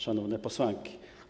Szanowne Posłanki!